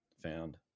found